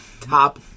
top